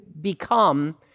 become